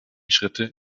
schritte